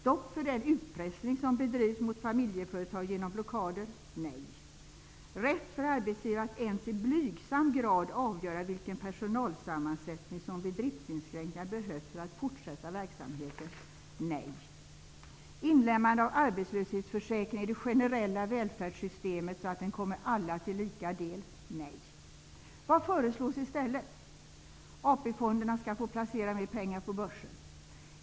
Stopp för den utpressning som bedrivs mot familjeföretag genom blockader -- nej! Rätt för arbetsgivare att ens i blygsam grad avgöra vilken personalsammansättning som vid driftsinskränkningar behövs för att fortsätta verksamheten -- nej! Inlemmande av arbetslöshetsförsäkringen i det generella välfärdssystemet så att den kommer alla till lika del -- nej! Vad föreslås i stället? AP-fonderna skall få placera mer pengar på Börsen!